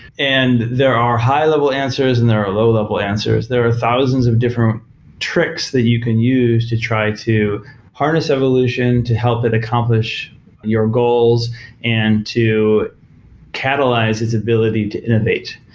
and there are high-level answers and there are low-level answers. there are thousands of different tricks that you can use to try to harness evolution, to help it accomplish your goals and to catalyze its ability to innovate.